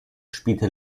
spielte